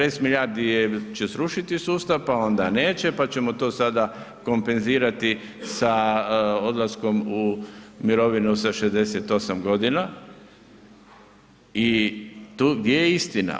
40 milijardi će srušiti sustav pa onda neće, pa ćemo to sada kompenzirati sa odlaskom u mirovinu sa 68 godina i tu gdje je istina?